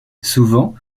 souvent